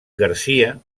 garcia